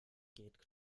gilt